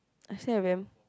I still have them